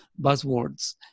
buzzwords